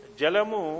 jalamu